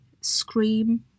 scream